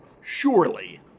surely